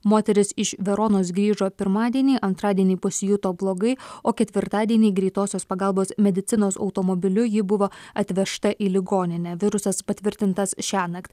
moteris iš veronos grįžo pirmadienį antradienį pasijuto blogai o ketvirtadienį greitosios pagalbos medicinos automobiliu ji buvo atvežta į ligoninę virusas patvirtintas šiąnakt